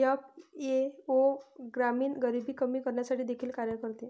FAO ग्रामीण गरिबी कमी करण्यासाठी देखील कार्य करते